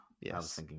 Yes